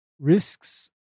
risks